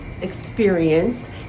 experience